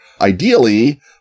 ideally